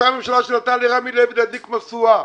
זאת אותה ממשלה שנתנה לרמי לוי להדליק משואה.